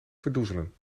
verdoezelen